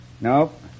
Nope